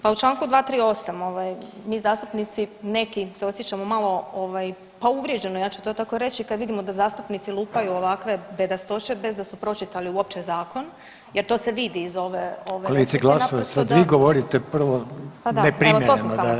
Pa u čl. 238, mi zastupnici neki se osjećamo malo pa uvrijeđeno, ja ću to tako reći kad vidimo da zastupnici lupaju ovakve bedastoće bez da su pročitali uopće zakon jer to se vidi iz ove [[Upadica: Kolegice Glasovac.]] ovdje naprosto da